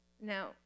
Now